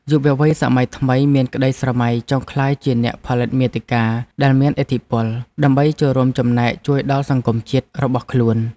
យុវវ័យសម័យថ្មីមានក្តីស្រមៃចង់ក្លាយជាអ្នកផលិតមាតិកាដែលមានឥទ្ធិពល ដើម្បីចូលរួមចំណែកជួយដល់សង្គមជាតិរបស់ខ្លួន។